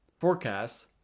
Forecasts